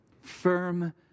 firm